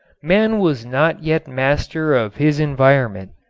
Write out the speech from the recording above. man was not yet master of his environment.